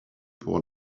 pour